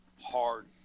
hard